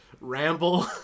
ramble